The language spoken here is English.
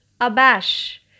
Abash